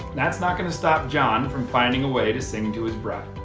that's not going to stop john from finding a way to sing to his bride.